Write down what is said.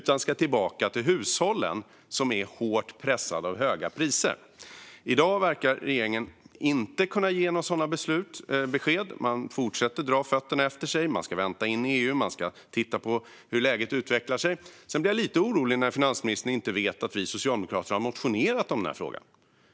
De ska tillbaka till hushållen, som är hårt pressade av höga priser. I dag verkar regeringen inte kunna ge några sådana besked. Man fortsätter dra fötterna efter sig - man ska vänta in EU, och man ska titta på hur läget utvecklar sig. Sedan blir jag lite orolig när finansministern inte vet att vi socialdemokrater har motionerat i den här frågan.